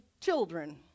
children